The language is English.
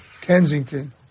Kensington